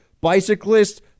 Bicyclists